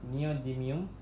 Neodymium